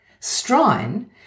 Strine